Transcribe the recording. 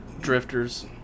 drifters